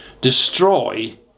Destroy